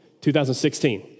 2016